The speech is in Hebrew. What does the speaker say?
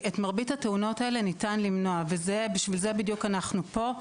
כי את מרבית התאונות האלה ניתן למנוע ובשביל זה בדיוק אנחנו פה.